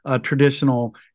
traditional